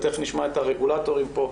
ותכף נשמע את הרגולטורים פה,